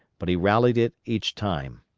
but he rallied it each time.